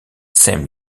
same